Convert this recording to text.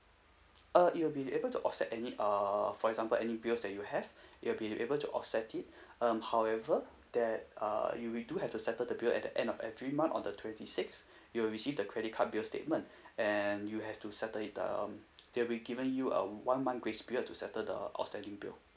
uh it will be able to offset any uh for example any bills that you have you will be able to offset it um however there uh you will do have to settle the bill at the end of every month on the twenty sixth you will receive the credit card bill statement and you have to settle it um they will be given you a one month grace period to settle the outstanding bill